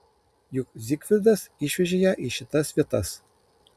juk zigfridas išvežė ją į šitas vietas